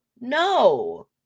No